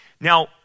Now